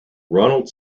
ronald